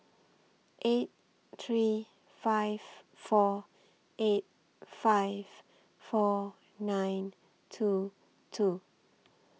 eight three five four eight five four nine two two